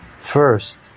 first